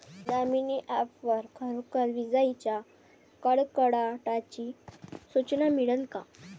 Damini app वर खरोखर विजाइच्या कडकडाटाची सूचना मिळन का?